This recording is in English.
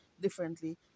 differently